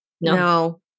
no